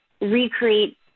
recreate